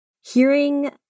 hearing